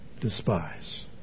despise